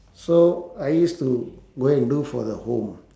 so I used to go and do for the home